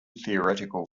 theoretical